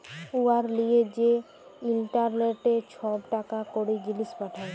উয়ার লিয়ে যে ইলটারলেটে ছব টাকা কড়ি, জিলিস পাঠায়